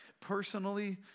personally